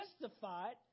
justified